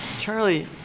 Charlie